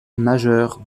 majeure